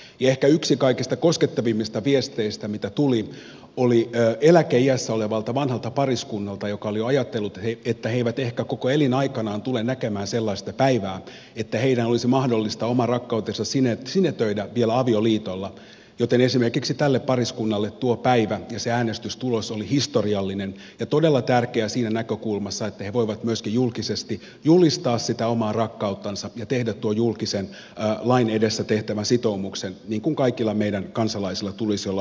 ja ehkä yksi kaikista koskettavimmista viesteistä mitä tuli tuli eläkeiässä olevalta vanhalta pariskunnalta joka oli jo ajatellut että he eivät ehkä koko elinaikanaan tule näkemään sellaista päivää että heidän olisi mahdollista oma rakkautensa sinetöidä vielä avioliitolla joten esimerkiksi tälle pariskunnalle tuo päivä ja se äänestystulos olivat historiallisia ja todella tärkeitä siitä näkökulmasta että he voivat myöskin julkisesti julistaa sitä omaa rakkauttansa ja tehdä tuon julkisen lain edessä tehtävän sitoumuksen niin kuin kaikilla meidän kansalaisilla tulisi olla oikeus myöskin tehdä